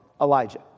Elijah